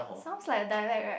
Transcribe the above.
sounds like a dialect right